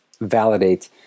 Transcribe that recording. validate